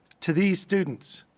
to these students,